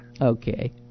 Okay